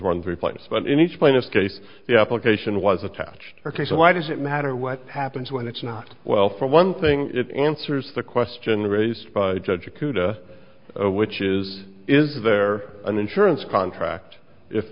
one three points but in each plaintiff's case the application was attached ok so why does it matter what happens when it's not well for one thing it answers the question raised by a judge a khuda which is is there an insurance contract if